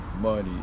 Money